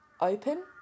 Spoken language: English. open